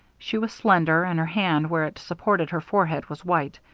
she was slender, and her hand, where it supported her forehead was white.